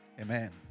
Amen